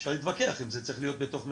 אפשר להתווכח אם זה צריך להיות במחיר